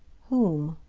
whom?